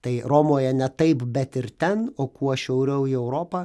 tai romoje ne taip bet ir ten o kuo šiauriau į europą